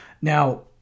Now